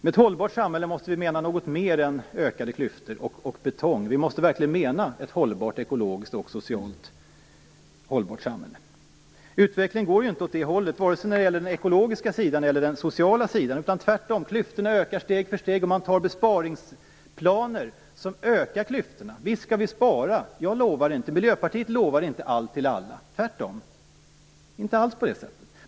Med ett hållbart samhälle måste vi mena något mer än ökade klyftor och betong. Vi måste verkligen mena ett ekologiskt och socialt hållbart samhälle. Utvecklingen går inte åt det hållet vare sig när det gäller den ekologiska sidan eller när det gäller den sociala sidan. Klyftorna ökar tvärtom steg för steg, och man fattar beslut om besparingsplaner som ökar klyftorna. Visst skall vi spara. Jag och Miljöpartiet lovar inte allt till alla, tvärtom. Det är inte alls på det sättet.